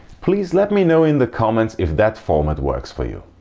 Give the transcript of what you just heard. please let me know in the comments if that format works for you.